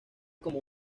como